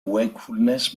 wakefulness